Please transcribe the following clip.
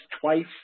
twice